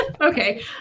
okay